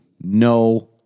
no